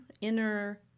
inner